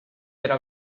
era